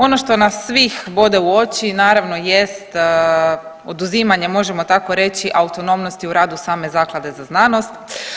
Ono što nas svih bode u oči naravno jest oduzimanje možemo tako reći autonomnosti u radu same Zaklade za znanost.